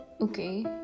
okay